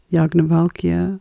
Yagnavalkya